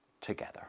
together